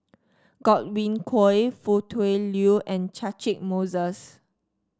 Godwin Koay Foo Tui Liew and Catchick Moses